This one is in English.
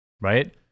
right